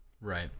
Right